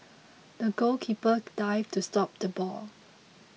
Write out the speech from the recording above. the goalkeeper dived to stop the ball